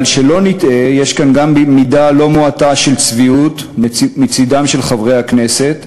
אבל שלא נטעה: יש כאן גם מידה לא מועטה של צביעות מצדם של חברי הכנסת,